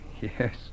Yes